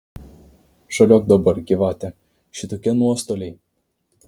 žaliuok dabar gyvate šitokie nuostoliai